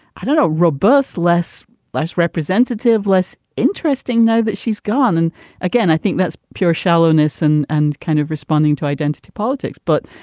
i don't know, robust. less less representative. less interesting now that she's gone. and again, i think that's pure shallowness and and kind of responding to identity politics. but